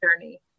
journey